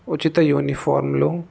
ఉచిత యూనిఫార్మ్లు